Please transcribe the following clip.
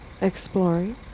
Exploring